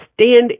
stand